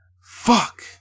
Fuck